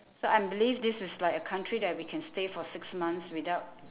so I'm believe this is like a country that we can stay for six months without